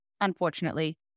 unfortunately